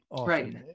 Right